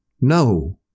No